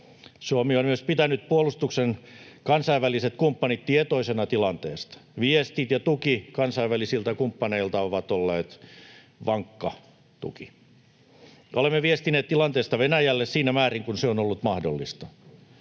Suomi on myös pitänyt puolustuksen kansainväliset kumppanit tietoisena tilanteesta. Viesti ja tuki kansainvälisiltä kumppaneilta on ollut vankka. Olemme viestineet tilanteesta Venäjälle siinä määrin kuin se on ollut mahdollista,